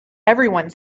everyone